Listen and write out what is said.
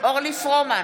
אורלי פרומן,